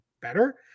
better